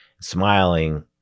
smiling